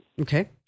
Okay